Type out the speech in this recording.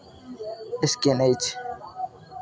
scan अछि